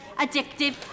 addictive